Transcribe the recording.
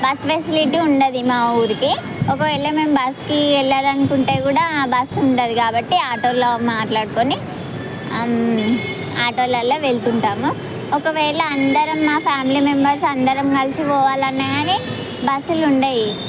bus facility ఉండదు మా ఊరికి ఒకవేళ మేము బస్సుకి వెళ్ళాలని అనుకుంటే కూడా బస్సు ఉండదు కాబట్టి ఆటోలో మాట్లాడుకుని ఆటోలలో వెళుతు ఉంటాము ఒకవేళ అందరం మా ఫ్యామిలీ మెంబర్స్ అందరం కలిసి పోవాలన్నా కానీ బస్సులు ఉండవు